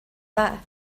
dda